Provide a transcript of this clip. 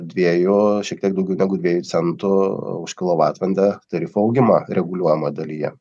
dviejų šiek tiek daugiau negu dviejų centų už kilovatvalandę tarifo augimą reguliuojamoj dalyje